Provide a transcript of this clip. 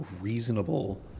reasonable